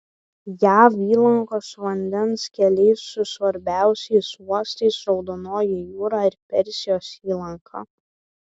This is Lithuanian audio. jav įlankos vandens keliai su svarbiausiais uostais raudonoji jūra ir persijos įlanka